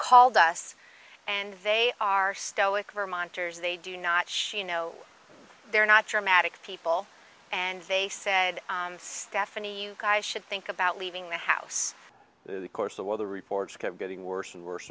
called us and they are stoic vermonters they do not show you know they're not dramatic people and they said stephanie you guys should think about leaving the house the course the weather reports kept getting worse and worse